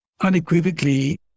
unequivocally